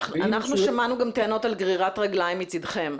אנחנו שמענו גם טענות על גרירת רגליים מצדכם.